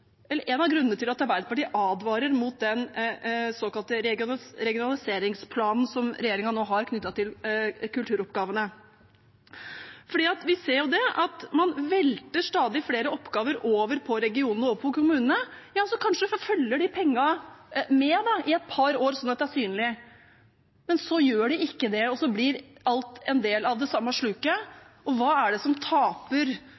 at Arbeiderpartiet advarer mot den såkalte regionaliseringsplanen regjeringen har knyttet til kulturoppgavene. Vi ser at man velter stadig flere oppgaver over på regionene og kommunene. Kanskje følger pengene med i et par år, slik at det er synlig, men så gjør de ikke det, og alt går i det samme sluket. Hva er det som taper når kultur skal settes opp mot lovpålagte oppgaver som handler om liv og helse, i en stadig trangere økonomi, for det